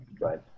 right